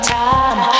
time